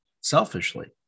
selfishly